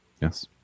yes